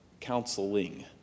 Counseling